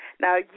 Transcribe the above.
Now